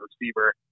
receiver